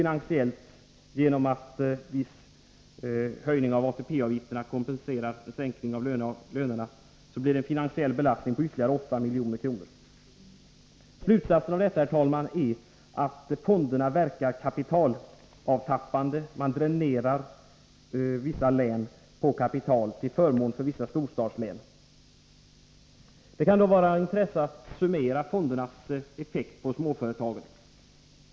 Genom att viss höjning av ATP-avgifterna kompenserar sänkning av lönerna blir det en finansiell belastning på ytterligare 8 milj.kr. Slutsatserna av detta är, herr talman, att fonderna verkar kapitalavtappande. Man dränerar vissa län på kapital till förmån för vissa storstadslän. Det kan vara av intresse att summera fondernas effekt på småföretagen.